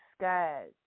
skies